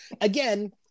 again